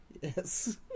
Yes